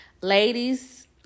ladies